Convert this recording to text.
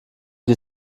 die